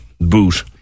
boot